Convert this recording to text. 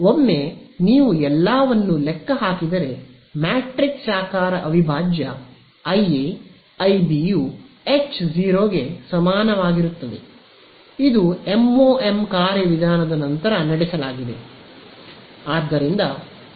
ಒಮ್ಮೆ ನೀವು ಎಲ್ಲಾ ಲೆಕ್ಕ ಹಾಕಿದರೆ ಮ್ಯಾಟ್ರಿಕ್ಸ್ಪ್ರಕಾರ ಅವಿಭಾಜ್ಯ IA IB ಯು h0 ಗೆ ಸಮಾನವಾಗಿರುತ್ತದೆ ಇದು MoM ಕಾರ್ಯವಿಧಾನದ ನಂತರ ನಡೆಸಲಾಗಿದೆ